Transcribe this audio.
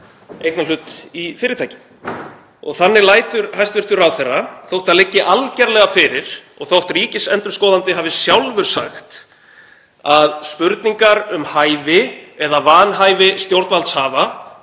eignarhlut í fyrirtækjum. Þannig lætur hæstv. ráðherra þótt það liggi algerlega fyrir, og þótt ríkisendurskoðandi hafi sjálfur sagt það, að spurningar um hæfi eða vanhæfi stjórnvaldshafa,